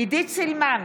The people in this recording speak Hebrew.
עידית סילמן,